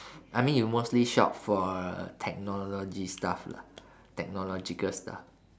I mean you mostly shop for technology stuff lah technological stuff